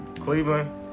Cleveland